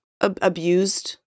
abused